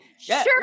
sure